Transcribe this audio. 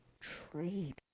trade